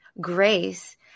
grace